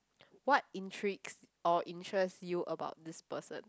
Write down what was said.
what intrigues or interest you about this person